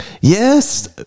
yes